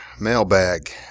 mailbag